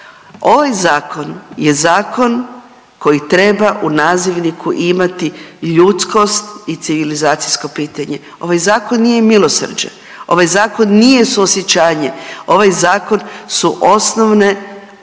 Ovaj zakon je zakon koji treba u nazivniku imati ljudskost i civilizacijsko pitanje. Ovaj zakon nije milosrđe, ovaj zakon nije suosjećanje, ovaj zakon su osnovne,